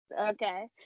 Okay